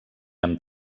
amb